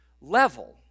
level